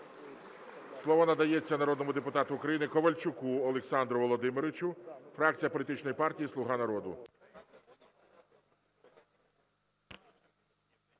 Слово надається народному депутату України Ковальчуку Олександру Володимировичу, фракція політичної партії "Слуга народу".